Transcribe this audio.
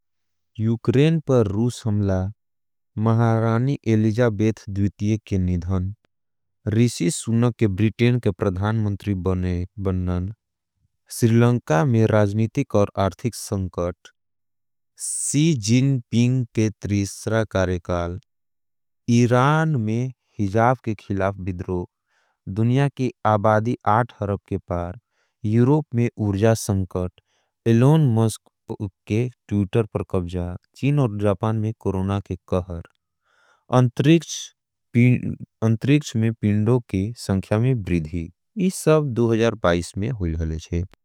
उक्रेन पर रूस हमला, महाराणी एलिजाबेथ द्वितिये के निधन, रिशी सुनन के ब्रिटेन के प्रधान मंत्री बनन, स्रिलंका में राजनीतिक और आर्थिक संकट, सी जिनपिंग के त्रीस्रा कारेकाल, इरान में हिजाव के खिलाफ बिद्रो, दुनिया के आबादी आठ हरव के पार, यूरोप में उर्जास संकट, एलोन मस्क के टूटर पर कभजा, चीन और जापान में कोरोणा के कहर, अंतरिक्ष में पिंडो के संख्या में ब्रिधी, इस सब में होई लगें।